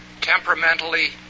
temperamentally